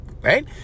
right